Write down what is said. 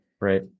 Right